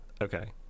Okay